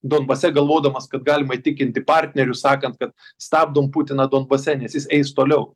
donbase galvodamas kad galima įtikinti partnerius sakant kad stabdom putiną donbase nes jis eis toliau